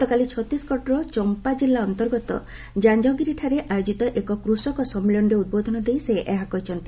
ଗତକାଲି ଛତିଶଗଡ଼ର ଚମ୍ପା ଜିଲ୍ଲା ଅନ୍ତର୍ଗତ କାଞ୍ଜଗିରିଠାରେ ଆୟୋଜିତ ଏକ କୃଷକ ସମ୍ମିଳନୀରେ ଉଦ୍ବୋଧନ ଦେଇ ସେ ଏହା କହିଛନ୍ତି